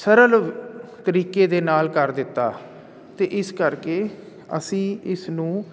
ਸਰਲ ਤਰੀਕੇ ਦੇ ਨਾਲ ਕਰ ਦਿੱਤਾ ਅਤੇ ਇਸ ਕਰਕੇ ਅਸੀਂ ਇਸ ਨੂੰ